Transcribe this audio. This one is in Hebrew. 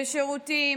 בשירותים,